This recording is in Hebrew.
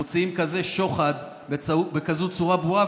מוציאים כזה שוחד בכזאת צורה ברורה,